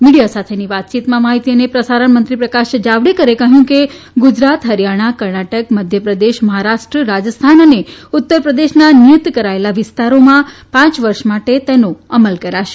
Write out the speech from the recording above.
media સાથેની વાતચીતમાં માહીતી અને પ્રસારણમંત્રી પ્રકાશ જાવડેકરે કહ્યું કે ગુજરાત હરિયાણા કર્ણાટક મધ્યપ્રદેશ મહારાષ્ટ્ર રાજસ્થાન અને ઉત્તરપ્રદેશના નિયત કરાયેલા વિસ્તારોમાં પાંચ વર્ષ માટે તેનો અમલ કરાશે